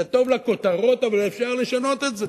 זה טוב לכותרות, אבל אפשר לשנות את זה.